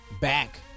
back